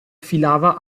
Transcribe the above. filava